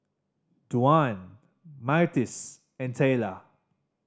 Duane Myrtis and Tayla